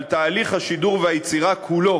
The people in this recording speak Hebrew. על תהליך השידור והיצירה כולו,